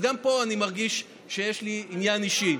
אז גם פה אני מרגיש שיש לי עניין אישי.